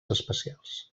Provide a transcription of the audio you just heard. especials